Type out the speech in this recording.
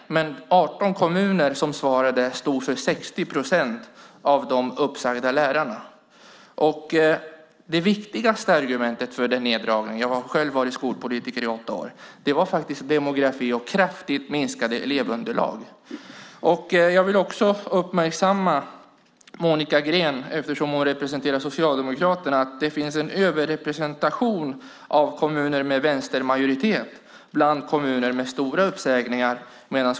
Men 18 kommuner stod för 60 procent av de uppsagda lärarna. Det viktigaste argumentet för neddragningarna - jag har själv varit skolpolitiker i åtta år - var demografi och kraftigt minskade elevunderlag. Eftersom Monica Green företräder Socialdemokraterna vill jag dessutom göra henne uppmärksam på att det finns en överrepresentation av kommuner med vänstermajoritet bland kommuner med stora uppsägningar.